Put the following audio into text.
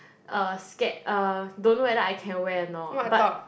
uh scared uh don't know whether I can wear or not but